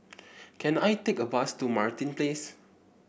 can I take a bus to Martin Place